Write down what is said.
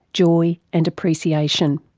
joy and appreciation.